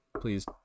please